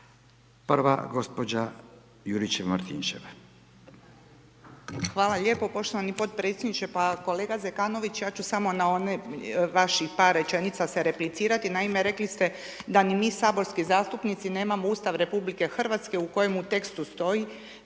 Branka (HDZ)** Hvala lijepo poštovani potpredsjedniče. Pa kolega Zekanović, ja ću samo na oni vaših par rečenica se replicirati. Naime, rekli ste da ni mi saborski zastupnici nemamo Ustav RH u kojemu tekstu stoji